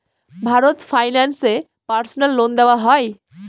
Bharat Finance এ personal loan দেওয়া হয়?